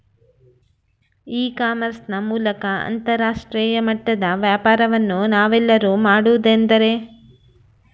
E commerce ನ ಮೂಲಕ ಅಂತರಾಷ್ಟ್ರೇಯ ಮಟ್ಟದ ವ್ಯಾಪಾರವನ್ನು ನಾವೆಲ್ಲರೂ ಮಾಡುವುದೆಂದರೆ?